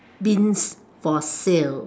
bins for sale